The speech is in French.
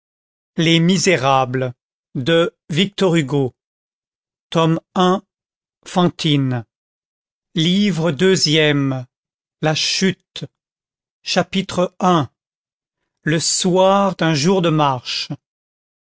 qu'il pensait livre deuxième la chute chapitre i le soir d'un jour de marche